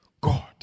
God